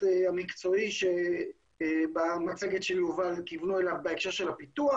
המקצועי שהמצגת של יובל כיוונה אליו בהקשר של הפיתוח